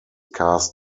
cast